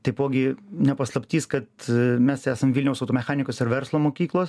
taipogi ne paslaptis kad mes esam vilniaus automechanikos ir verslo mokyklos